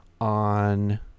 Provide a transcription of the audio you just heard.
on